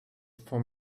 for